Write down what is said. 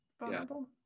vulnerable